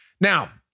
Now